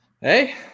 Hey